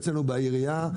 אצלנו בעירייה,